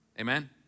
amen